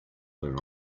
where